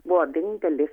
buvo vienintelis